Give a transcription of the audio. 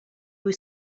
was